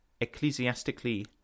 ecclesiastically